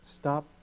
stop